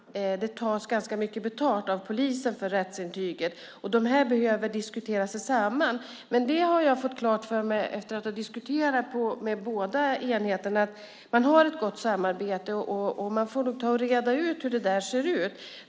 Det tas ganska mycket betalt av polisen för rättsintyget. Dessa enheter behöver diskutera sig samman. Men jag har fått klart för mig, efter att ha diskuterat med båda enheterna, att man har ett gott samarbete. Nu får man reda ut hur det ser ut.